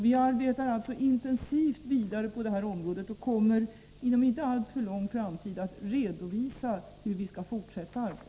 Vi arbetar intensivt vidare på detta område och kommer inom en inte alltför avlägsen framtid att redovisa hur vi skall fortsätta arbetet.